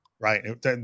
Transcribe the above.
Right